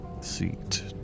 seat